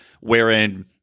wherein